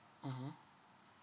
mmhmm